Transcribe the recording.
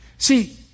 See